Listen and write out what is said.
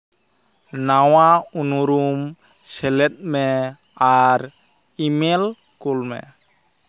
ᱱᱟᱣᱟ ᱩᱱᱩᱨᱩᱢ ᱥᱮᱞᱮᱫ ᱢᱮ ᱟᱨ ᱤᱼᱢᱮᱞ ᱠᱳᱞ ᱢᱮ